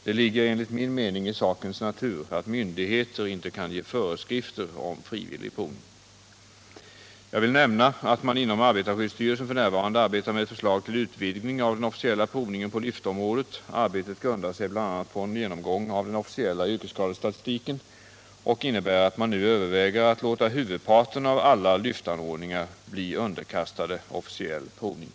Det ligger enligt min mening i sakens natur att myndigheter inte kan ge föreskrifter om frivillig provning. Nr 26 Jag vill nämna att man inom arbetarskyddsstyrelsen f. n. arbetar med Måndagen den ett förslag till utvidgning av den officiella provningen på lyftområdet. 14 november 1977 Arbetet grundar sig bl.a. på en genomgång av den officiella yrkesska= — destatistiken och innebär att man nu överväger att låta huvudparten av Om provningen av alla lyftanordningar bli underkastade officiell provning.